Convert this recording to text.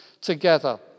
together